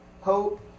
hope